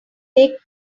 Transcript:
take